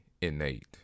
innate